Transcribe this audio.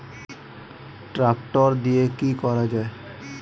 Tractor দিয়ে কি করা যায়?